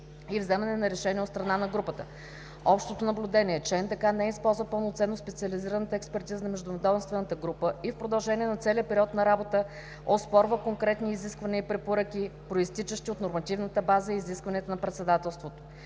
и вземане на решение от страна на групата. Общото наблюдение е, че НДК не използва пълноценно специализираната експертиза на Междуведомствената работна група и в продължение на целия период на работа оспорва конкретни изисквания и препоръки, произтичащи от нормативната база и изискванията на председателството.